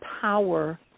power